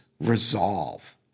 resolve